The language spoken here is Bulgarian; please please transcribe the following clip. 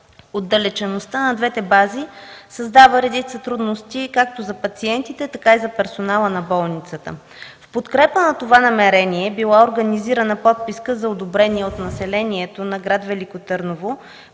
Отдалечеността на двете бази създава редица трудности както за пациентите, така и за персонала на болницата. В подкрепя на това намерение е била организира подписка за одобрение от населението на град Велико Търново